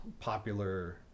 popular